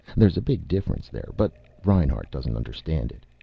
there's a big difference there, but reinhart doesn't understand it.